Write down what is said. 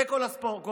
זה כל הכסף.